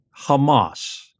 Hamas